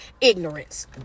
ignorance